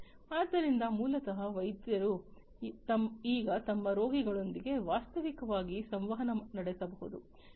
ಆದ್ದರಿಂದ ಮೂಲತಃ ವೈದ್ಯರು ಈಗ ತಮ್ಮ ರೋಗಿಗಳೊಂದಿಗೆ ವಾಸ್ತವಿಕವಾಗಿ ಸಂವಹನ ನಡೆಸಬಹುದು